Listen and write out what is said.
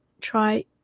try